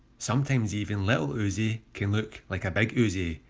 sometimes even lil uzi can look like a big uzi.